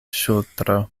ŝultro